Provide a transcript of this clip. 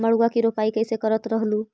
मड़उआ की रोपाई कैसे करत रहलू?